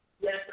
Yes